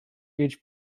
each